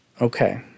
Okay